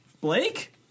Blake